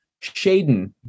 Shaden